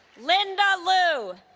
linda lu